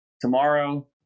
tomorrow